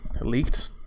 leaked